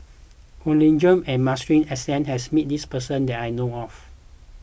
Kwek Leng Joo and Masuri S N has met this person that I know of